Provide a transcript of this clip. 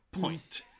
point